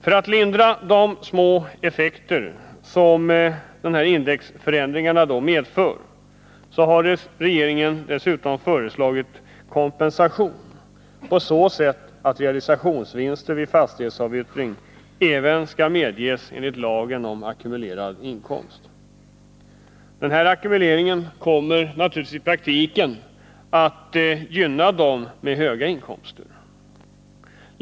För att lindra de små effekter som indexeringsförändringarna medför har regeringen föreslagit kompensation på så sätt att det även skall medges att realisationsvinster vid fastighetsavyttring tas upp till beskattning enligt lagen om ackumulerad inkomst. Den här ackumuleringen kommer i praktiken att gynna dem med höga inkomster.